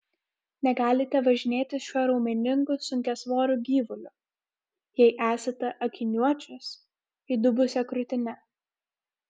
negalite važinėtis šiuo raumeningu sunkiasvoriu gyvuliu jei esate akiniuočius įdubusia krūtine